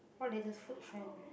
what latest food trend